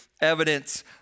evidence